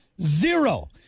Zero